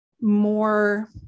more